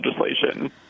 legislation